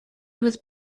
was